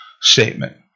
statement